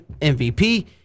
MVP